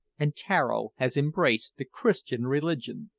and tararo has embraced the christian religion!